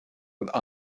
with